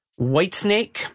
Whitesnake